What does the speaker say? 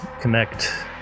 Connect